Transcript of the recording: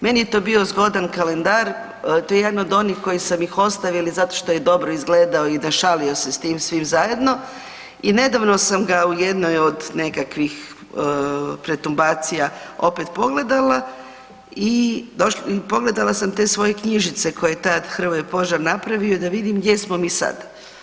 Meni je to bio zgodan kalendar, to je jedan od onih koje sam ostavila zato što je dobro izgledao i našalio se s tim svim zajedno i nedavno sam ga u jednoj od nekakvih pretumbacija opet pogledala i pogledala sam te svoje knjižice koje je tada Hrvoje Požar napravio, da vidim gdje smo mi sad.